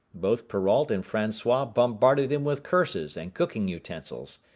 both perrault and francois bombarded him with curses and cooking utensils,